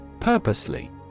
Purposely